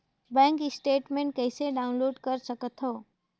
Bank statement कइसे download कर सकथव?